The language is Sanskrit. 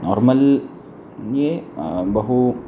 नार्मल् ये बहु